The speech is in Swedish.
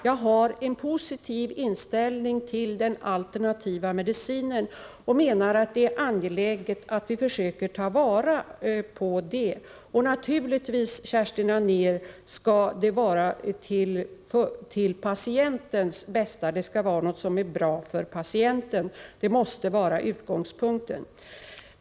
Jag har en positiv inställning till den alternativa medicinen och menar att det är angeläget att vi försöker använda oss av den. Och naturligtvis skall det vara något som är bra för patienten, Kerstin Anér. Det måste vara utgångspunkten.